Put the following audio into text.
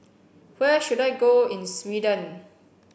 where should I go in Sweden